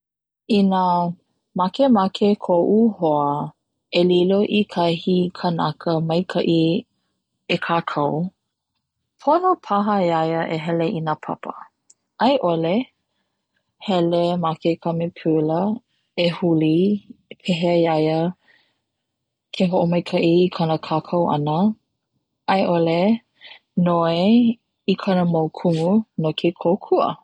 Ina makemake koʻu hoa e lilo i kahi kanaka maikaʻi e kakau pono paha ia ia e hele ina papa. aiʻole hele ma ke kamepila e huli pehea ia ia ke hoʻomaikaʻi i kana kakau ana aiʻole noi i kana mau kumu no ke kokua.